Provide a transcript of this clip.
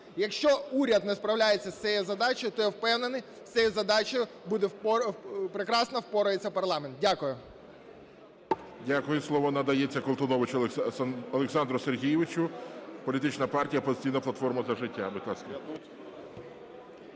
Якщо уряд не справляється з цією задачею, то я впевнений, з цією задачею прекрасно впорається парламент. Дякую. ГОЛОВУЮЧИЙ. Дякую. Слово надається Колтуновичу Олександру Сергійовичу, політична партія "Опозиційна платформа - За життя".